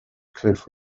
cliff